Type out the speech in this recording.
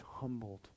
humbled